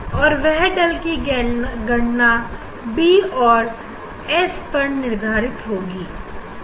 और वह डेल की गणना बी और एस पर निर्धारित होगी